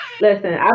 Listen